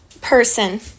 person